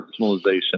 personalization